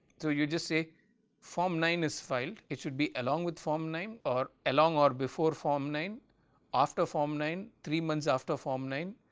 so, you just say form nine is filed it should be along with form nine or along or before form nine after form nine, three months after form nine.